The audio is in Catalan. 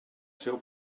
seu